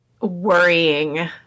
worrying